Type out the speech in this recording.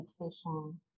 education